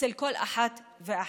אצל כל אחת ואחד.